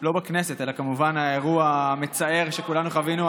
לא בכנסת, אלא כמובן האירוע המצער שכולנו חווינו.